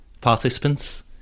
participants